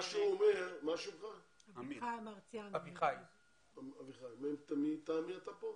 מטעם מי אתה?